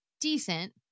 decent